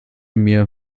mir